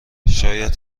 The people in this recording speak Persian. شاید